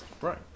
right